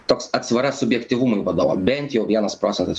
toks atsvara subjektyvumui vadovo bent jau vienas procentas